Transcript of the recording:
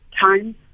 time